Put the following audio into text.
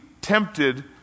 tempted